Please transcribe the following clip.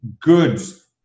goods